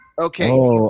Okay